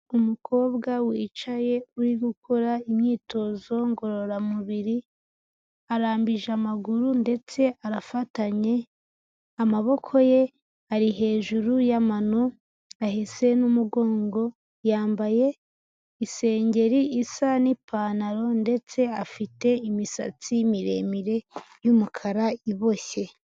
Umukobwa wicaye uri gukora imyitozo ngororamubiri arambije amaguru ndetse arafatanye amaboko ye ari hejuru y'amano ahese n'umugongo, yambaye isengeri isa n'ipantaro ndetse afite imisatsi miremire y'umukara iboshye.